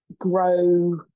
grow